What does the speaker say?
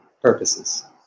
purposes